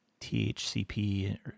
THCP